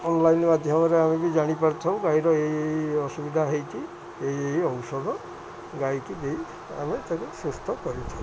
online ମାଧ୍ୟମରେ ଆମେ ବି ଜାଣିପାରିଥାଉ ଗାଈର ଏଇ ଏଇ ଅସୁବିଧା ହେଇଛି ଏଇ ଏଇ ଔଷଧ ଗାଈକି ଦେଇ ଆମେ ତାକୁ ସୁସ୍ଥ କରିଥାଉ